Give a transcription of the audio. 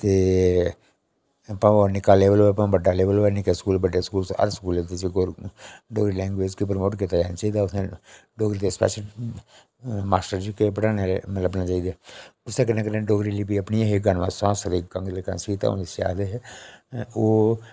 ते भामें निक्का लेवल होऐ भामें बड्डा लेवल होऐ निक्के स्कूल बड्डे स्कूल हर स्कूलै च इसी गौर डोगरी लैंग्वेज गी प्रमोट कीता चाना चाहि्दा उत्थैं डोगरी दे स्पैशल माश्टर जेह्के पढ़ाने आह्ले लब्भने चाहिदे उसदे कन्नै कन्नै डोगरी लेई बी अपनी एह् आखदे हे होर